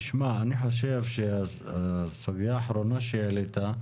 תשמע, אני חושב שהסוגיה האחרונה שהעלית,